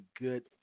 good